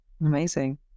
Amazing